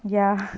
ya